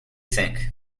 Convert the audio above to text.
think